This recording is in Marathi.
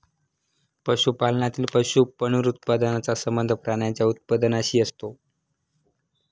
पशुपालनातील पशु पुनरुत्पादनाचा संबंध प्राण्यांच्या उत्पादनाशी असतो